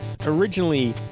originally